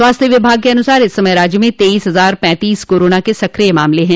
स्वास्थ्य विभाग के अनुसार इस समय राज्य में तेईस हजार पैंतीस कोरोना के सक्रिय मामले हैं